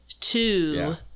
Two